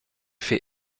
fait